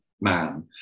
man